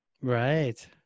right